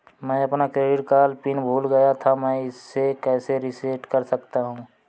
मैं अपना credit card pin भूल गया था मैं इसे कैसे रीसेट कर सकता हूँ?